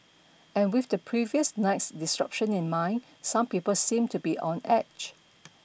and with the previous night's disruption in mind some people seemed to be on edge